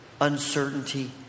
uncertainty